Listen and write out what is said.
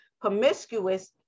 promiscuous